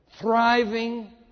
thriving